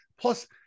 Plus